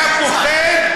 אתה פוחד,